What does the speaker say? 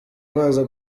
baza